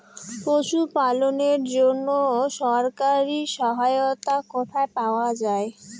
পশু পালনের জন্য সরকারি সহায়তা কোথায় পাওয়া যায়?